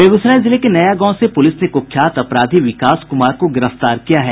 बेगूसराय जिले के नया गांव से पूलिस ने कुख्यात अपराधी विकास कुमार को गिरफ्तार किया है